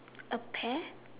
a pair